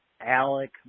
alec